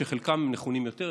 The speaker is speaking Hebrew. שחלקם נכונים יותר,